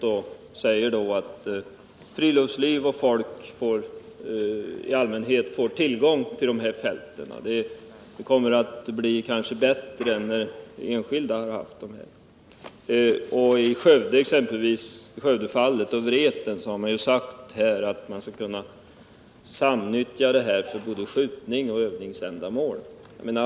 Man säger då att friluftslivet och folk i allmänhet får tillgång till fälten och att det kanske kommer att bli bättre än när enskilda personer haft dem. Exempelvis i Skövdefallet och beträffande Vreten har det sagts att man skulle kunna samnyttja fälten för både skjutningsoch övningsändamål.